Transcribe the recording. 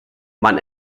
man